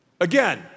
Again